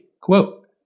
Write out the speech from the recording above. quote